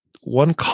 one